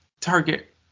target